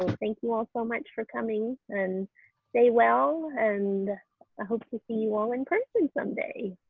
and thank you all so much for coming and stay well and i hope to see you all in person someday.